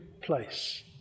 place